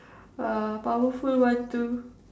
err powerful one too